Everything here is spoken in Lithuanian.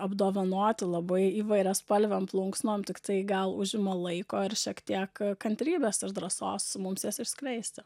apdovanoti labai įvairiaspalvėm plunksnom tiktai gal užima laiko ir šiek tiek kantrybės ir drąsos mums jas išskleisti